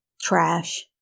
Trash